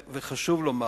וחשוב לומר: